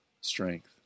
strength